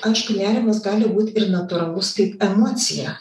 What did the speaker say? aišku nerimas gali būt ir natūralus kaip emocija